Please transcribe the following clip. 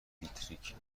دیتریک